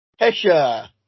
Hesha